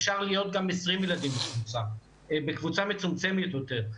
אפשר להיות גם 20 ילדים בקבוצה מצומצמת יותר.